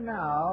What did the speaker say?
now